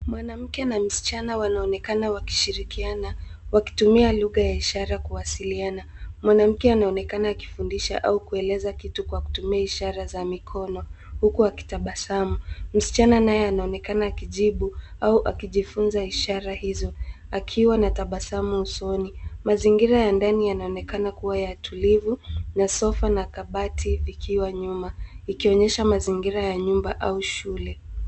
Mwanamke na msichana wanaonekana wakishirikiana wakitumia lugha ya ishara kuwasiliana. Mwanamke anaonekana akifundisha au kueleza kitu kwa kutumia ishara za mikono huku akitabasamu. Msichana naye anaonekana akijibu au akijifunza ishara hizo, akiwa na tabasamu usoni. Mazingira ya ndani yanaonekana kuwa ya tulivu na sofa na kabati vikiwa nyuma, ikionyesha mazingira ya nyumba au shule.